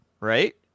right